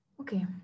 okay